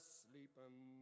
sleeping